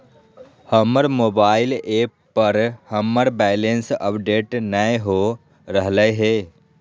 हमर mobile app पर हमर बैलेंस अपडेट नय हो रहलय हें